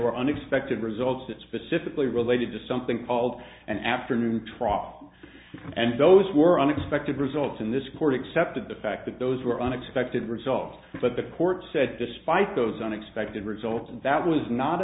were unexpected results that specifically related to something called an afternoon trough and those were unexpected results in this court accepted the fact that those were unexpected results but the court said despite those unexpected results and that was not